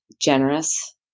generous